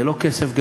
זה לא כסף גדול.